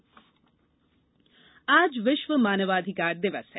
मानवाधिकार दिवस आज विश्व मानवाधिकार दिवस है